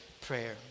prayer